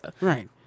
Right